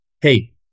Hey